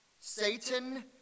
Satan